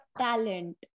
talent